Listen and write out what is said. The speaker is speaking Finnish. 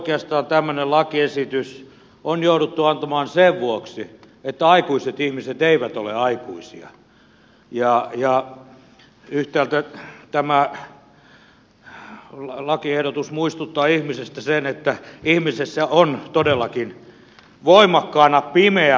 oikeastaan tämmöinen lakiesitys on jouduttu antamaan sen vuoksi että aikuiset ihmiset eivät ole aikuisia ja yhtäältä tämä lakiehdotus muistuttaa ihmisestä sen että ihmisessä on todellakin voimakkaana pimeä puoli